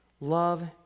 love